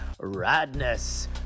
radness